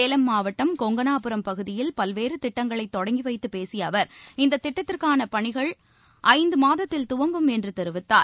சேலம் மாவட்டம் கொங்கனாபரம் பகுதியில் பல்வேறு திட்டங்களை தொடங்கி வைத்துப் பேசிய அவர் இந்தத் திட்டத்திற்கான பணிகள் ஐந்து மாதத்தில் துவங்கும் என்று தெரிவித்தார்